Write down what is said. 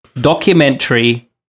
documentary